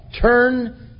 turn